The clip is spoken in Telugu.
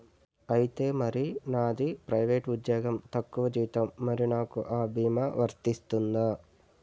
ఐతే మరి నాది ప్రైవేట్ ఉద్యోగం తక్కువ జీతం మరి నాకు అ భీమా వర్తిస్తుందా?